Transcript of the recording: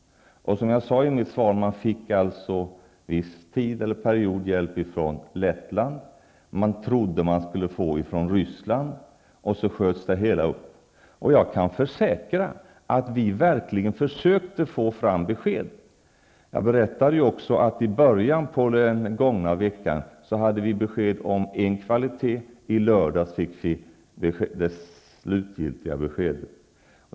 Som jag sade i mitt svar fick man under en viss period hjälp från Lettland. Man trodde man skulle få hjälp från Ryssland, och så sköts det hela upp. Jag kan försäkra att vi verkligen försökte få fram besked. Jag berättade ju också hur vi i början på den gångna veckan hade besked om en kvalitet, i lördags fick vi det slutgiltiga beskedet.